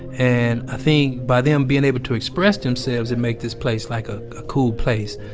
and i think, by them being able to express themselves and make this place like a ah cool place,